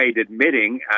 admitting